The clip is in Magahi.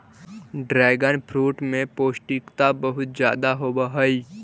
ड्रैगनफ्रूट में पौष्टिकता बहुत ज्यादा होवऽ हइ